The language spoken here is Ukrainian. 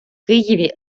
києві